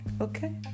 okay